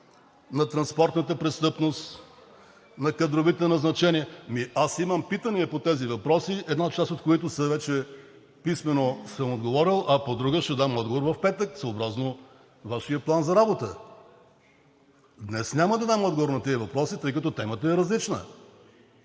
за транспортната престъпност, за кадровите назначения. Ами аз имам питания по тези въпроси, на една част от които писмено съм отговорил, а по друга ще дам отговор в петък, съобразно Вашия план за работа. Днес няма да дам отговор на тези въпроси, тъй като темата е различна.